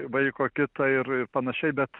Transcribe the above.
vaiko kitą ir ir panašiai bet